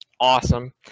awesome